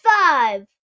five